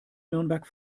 nürnberg